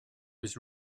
was